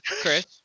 Chris